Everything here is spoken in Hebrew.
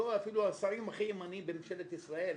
אפילו השרים הכי ימניים בממשלת ישראל.